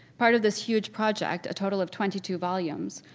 part of this huge project, a total of twenty two volumes,